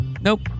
Nope